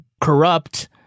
corrupt